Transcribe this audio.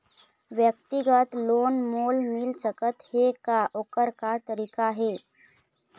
व्यक्तिगत लोन मोल मिल सकत हे का, ओकर का तरीका हे?